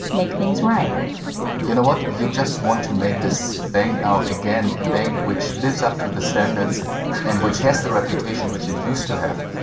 make things right you know what? you just want to make this bank now again a bank which lives up to the standards and which has the reputation which is used to have.